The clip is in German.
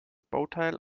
bauteil